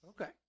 Okay